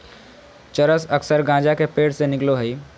चरस अक्सर गाँजा के पेड़ से निकलो हइ